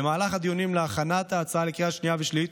במהלך הדיונים להכנת ההצעה לקריאה שנייה ושלישית